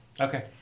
okay